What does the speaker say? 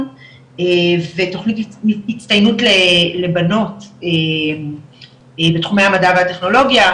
ותוכנית הצטיינות לבנות בתחומי המדע והטכנולוגיה,